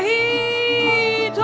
a